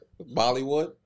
Bollywood